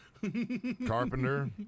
Carpenter